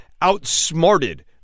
outsmarted